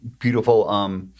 beautiful